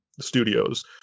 studios